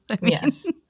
Yes